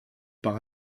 par